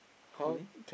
funny